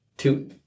Two